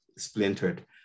Splintered